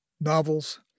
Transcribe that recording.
Novels